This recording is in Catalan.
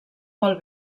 pel